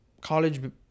college